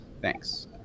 Thanks